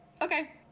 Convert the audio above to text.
okay